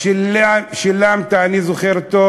אני זוכר טוב ששילמת, אני זוכר טוב,